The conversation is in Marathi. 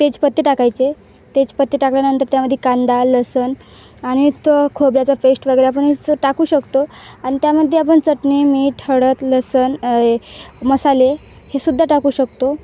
तेजपत्ते टाकायचे तेजपत्ते टाकल्यानंतर त्यामध्ये कांदा लसूण आणि त खोबऱ्याचा पेस्ट वगैरे आपण हे स टाकू शकतो आण त्यामध्ये आपण चटणी मीठ हळद लसूण मसाले हे सुद्धा टाकू शकतो